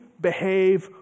behave